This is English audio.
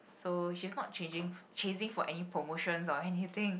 so she's not chasing chasing for any promotions or anything